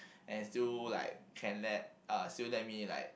and still like can that uh still let me like